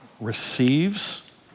receives